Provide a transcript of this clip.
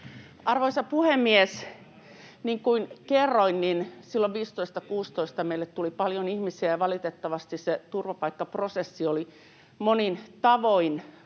Arvoisa puhemies! Niin kuin kerroin, silloin 15—16 meille tuli paljon ihmisiä ja valitettavasti se turvapaikkaprosessi oli monin tavoin